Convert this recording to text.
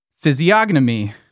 physiognomy